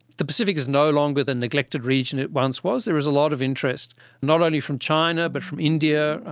the pacific is no longer the neglected region it once was, there's a lot of interest not only from china but from india,